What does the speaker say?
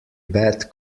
bad